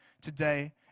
today